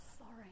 sorry